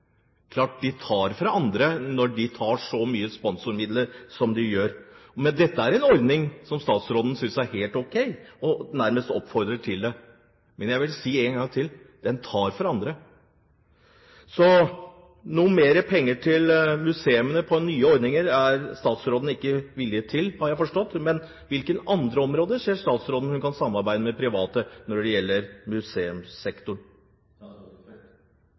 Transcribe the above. klart at de tar fra andre når de tar så mye sponsormidler som de gjør. Men dette er en ordning som statsråden synes er helt ok, og nærmest oppfordrer til. Men jeg vil si én gang til: Den tar fra andre. Noe mer penger til museene på nye ordninger er statsråden altså ikke villig til, har jeg forstått, men på hvilke andre områder ser statsråden at hun kan samarbeide med private når det gjelder museumssektoren?